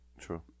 True